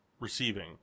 receiving